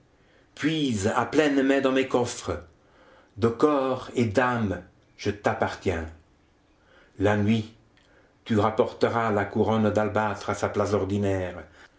puise à pleines mains dans mes coffres de corps et d'âme je t'appartiens la nuit tu rapporteras la couronne d'albâtre à sa place ordinaire